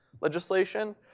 legislation